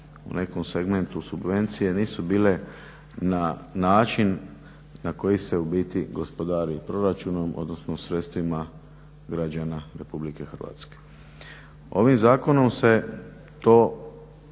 u nekom segmentu subvencije nisu bile na način na koji se u biti gospodari proračunom odnosno sredstvima građana RH. Ovim zakonom se to